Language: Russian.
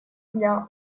для